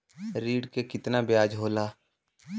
ऋण के कितना ब्याज होला?